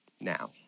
now